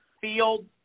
field